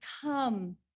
come